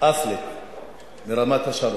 אסלית מרמת-השרון,